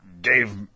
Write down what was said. Dave